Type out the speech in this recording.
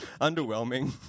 Underwhelming